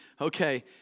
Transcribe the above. okay